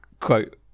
quote